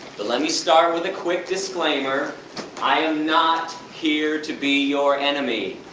but let me start with a quick disclaimer i am not here to be your enemy.